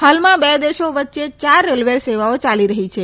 હાલમાં બે દેશો વચ્ચે યાર રેલ્વે સેવાઓ યાલી રહી છે